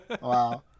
Wow